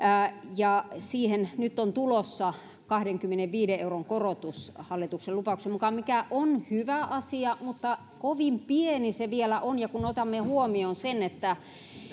siihen on nyt tulossa kahdenkymmenenviiden euron korotus hallituksen lupauksen mukaan mikä on hyvä asia mutta kovin pieni se vielä on kun otamme huomioon sen että